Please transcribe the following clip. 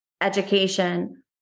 education